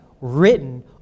written